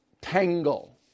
Tangle